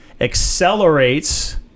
accelerates